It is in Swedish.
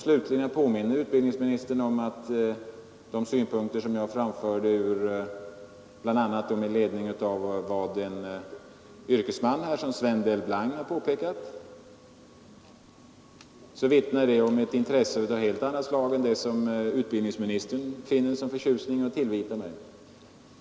Slutligen vill jag påminna utbildningsministern om att de synpunkter jag framförde med ledning av vad bl.a. en yrkesman som Sven Delblanc påpekat vittnar om ett intresse av helt annat slag än det som utbildningsministern med sådan förtjusning tillvitar mig.